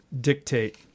dictate